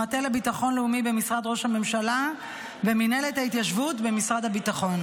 המטה לביטחון לאומי במשרד ראש הממשלה ומינהלת התיישבות במשרד הביטחון.